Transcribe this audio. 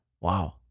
Wow